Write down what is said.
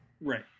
Right